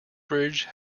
bridge